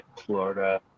Florida